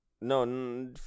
No